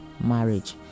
marriage